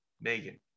Megan